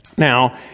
Now